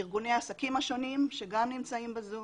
לארגוני העסקים השונים שגם הם ב-זום,